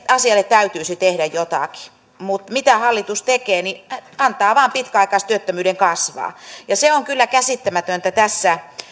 asialle täytyisi tehdä jotakin mutta mitä hallitus tekee antaa vain pitkäaikaistyöttömyyden kasvaa ja se on kyllä käsittämätöntä tässä